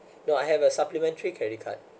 no I have a supplementary credit card